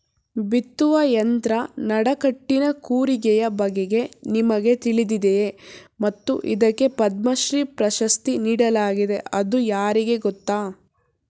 ಬಿತ್ತುವ ಯಂತ್ರ ನಡಕಟ್ಟಿನ ಕೂರಿಗೆಯ ಬಗೆಗೆ ನಿಮಗೆ ತಿಳಿದಿದೆಯೇ ಮತ್ತು ಇದಕ್ಕೆ ಪದ್ಮಶ್ರೀ ಪ್ರಶಸ್ತಿ ನೀಡಲಾಗಿದೆ ಅದು ಯಾರಿಗೆ ಗೊತ್ತ?